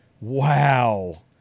Wow